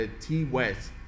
T-West